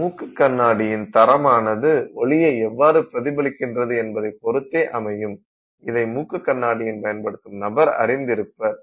மூக்கு கண்ணாடியின் தரமானது ஒளியை எவ்வாறு பிரதிபலிக்கின்றது என்பதைப் பொருத்தே அமையும் இதை மூக்கு கண்ணாடியின் பயன்படுத்தும் நபர் அறிந்திருப்பர்